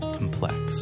complex